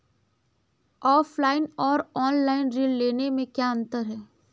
Offline और online ऋण लेने में क्या अंतर है?